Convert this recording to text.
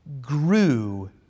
grew